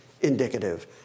indicative